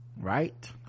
Right